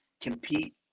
compete